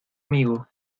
amigo